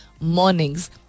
mornings